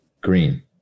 green